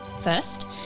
first